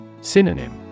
Synonym